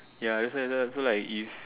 ya that's why that's why so like if